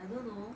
I don't know